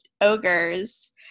ogres